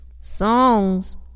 Songs